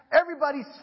Everybody's